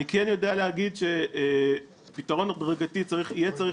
אני יודע להגיד שפתרון הדרגתי יהיה צריך